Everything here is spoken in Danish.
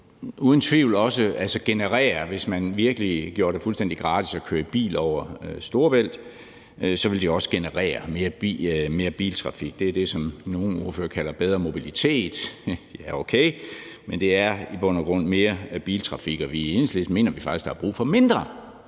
uden tvivl også, hvis man virkelig gjorde det fuldstændig gratis at køre over Storebælt, generere mere biltrafik. Det er det, som nogle ordførere kalder bedre mobilitet, ja, okay, men det er i bund og grund mere biltrafik. Og i Enhedslisten mener vi faktisk, at der er brug for mindre